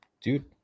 dude